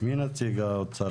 נציג האוצר,